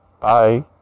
Bye